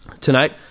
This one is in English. Tonight